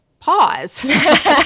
Pause